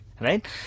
right